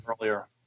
earlier